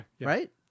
right